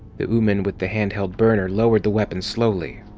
the ooman with the hand-held burner lowered the weapon slowly.